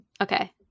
Okay